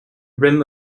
rim